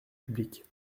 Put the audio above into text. publiques